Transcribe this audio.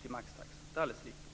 till maxtaxan - det är alldeles riktigt.